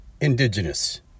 Indigenous